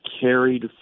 carried